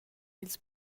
ils